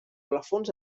plafons